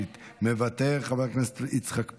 מוותר, חבר הכנסת יצחק פינדרוס,